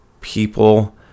people